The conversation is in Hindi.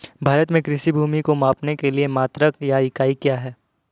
भारत में कृषि भूमि को मापने के लिए मात्रक या इकाई क्या है?